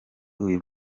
uyu